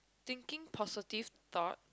thinking positive thought